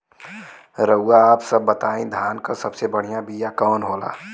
रउआ आप सब बताई धान क सबसे बढ़ियां बिया कवन होला?